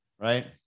Right